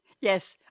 Yes